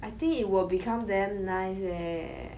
I think it will become damn nice eh